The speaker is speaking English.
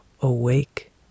Awake